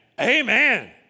Amen